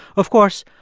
of course,